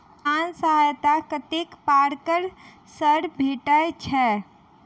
किसान सहायता कतेक पारकर सऽ भेटय छै?